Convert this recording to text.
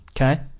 Okay